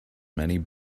many